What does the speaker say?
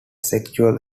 sexual